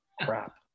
crap